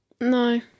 No